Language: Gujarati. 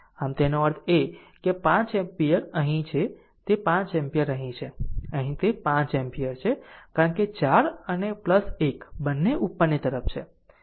આમ તેનો અર્થ એ કે 5 એમ્પીયર અહીં છે 5 એમ્પીયર અહીં છે અહીં તે 5 એમ્પીયર છે કારણ કે 4 અને 1 બંને ઉપરની તરફ છે